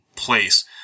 place